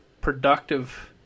productive